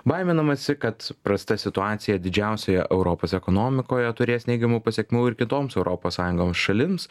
baiminamasi kad prasta situacija didžiausioje europos ekonomikoje turės neigiamų pasekmių ir kitoms europos sąjungos šalims